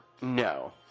No